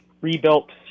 rebuilt